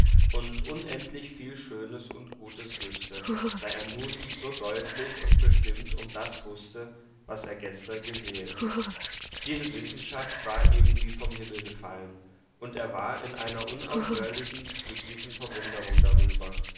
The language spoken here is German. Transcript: und unendlich viel schönes und gutes wüßte da er nun so deutlich und bestimmt um das wußte was er gestern gesehen diese wissenschaft war ihm wie vom himmel gefallen und er war in einer unaufhörlichen glücklichen verwunderung darüber